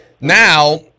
now –